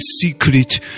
secret